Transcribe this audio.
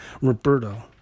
Roberto